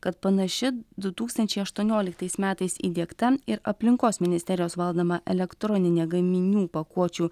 kad panaši du tūkstančiai aštuonioliktais metais įdiegta ir aplinkos ministerijos valdoma elektroninė gaminių pakuočių